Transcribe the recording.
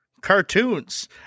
cartoons